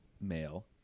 male